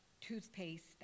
toothpaste